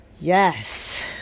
yes